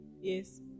Yes